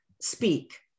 speak